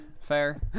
Fair